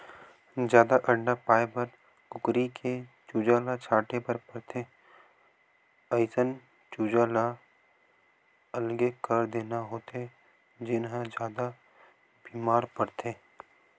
जादा अंडा पाए बर कुकरी के चूजा ल छांटे बर परथे, अइसन चूजा ल अलगे कर देना होथे जेन ह जादा बेमार परथे